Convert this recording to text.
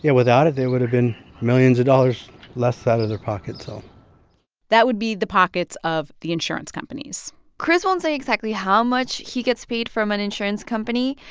yeah without it, there would've been millions of dollars less out of their pockets, so that would be the pockets of the insurance companies kris won't say exactly how much he gets paid from an insurance company,